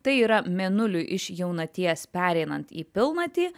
tai yra mėnuliui iš jaunaties pereinant į pilnatį